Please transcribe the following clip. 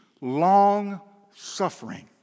long-suffering